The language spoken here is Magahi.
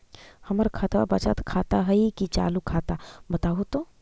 हमर खतबा बचत खाता हइ कि चालु खाता, बताहु तो?